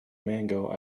mango